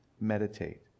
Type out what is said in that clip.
meditate